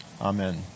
Amen